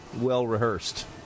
well-rehearsed